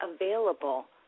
available